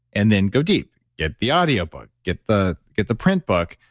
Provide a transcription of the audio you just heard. and then go deep. get the audiobook, get the get the print book.